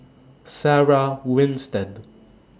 Sarah Winstedt